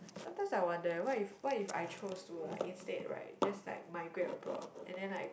sometimes I wonder why if why if I choose to like instead right just like migrate abroad and then like